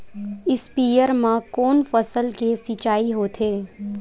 स्पीयर म कोन फसल के सिंचाई होथे?